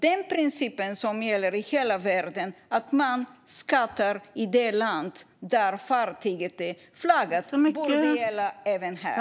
Den princip som gäller i hela världen, det vill säga att man skattar i det land där fartyget är flaggat, borde gälla även här.